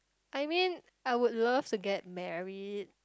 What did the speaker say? I mean I would love to get married